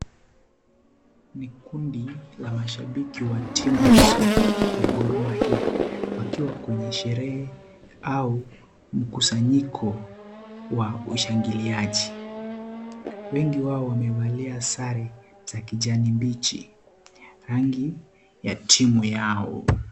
Ni kundi la mashabiki wa timu ya soka ya Gor Mahia wakiwa kwenye sherehe au mkusanyiko wa ushangiliaji. Wengi wao wamevalia sare za kijani mbichi, rangi ya timu yao.